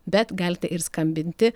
bet galite ir skambinti